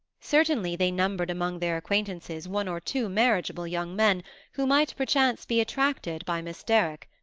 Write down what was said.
certainly they numbered among their acquaintances one or two marriageable young men who might perchance be attracted by miss derrick,